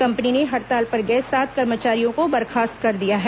company ने हड़ताल पर गए सात कर्मचारियों को बर्खास्त कर दिया है